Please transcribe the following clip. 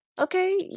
okay